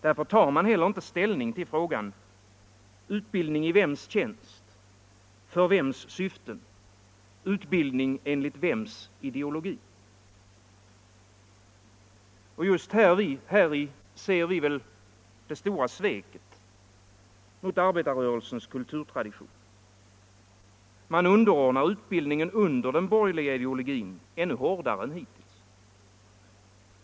Därför tar man heller inte ställning till frågan: Utbildning i vems tjänst, för vems syften, enligt vems ideologi? Och just häri ser vi det stora sveket mot arbetarrörelsens kulturtradition. Man underordnar utbildningen under den borgerliga ideologin ännu hårdare än hittills.